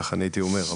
ככה הייתי אומר,